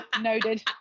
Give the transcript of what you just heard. noted